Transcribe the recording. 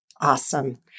Awesome